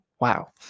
wow